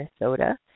Minnesota